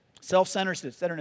Self-centeredness